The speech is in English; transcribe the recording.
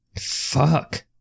Fuck